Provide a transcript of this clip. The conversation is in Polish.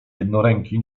jednoręki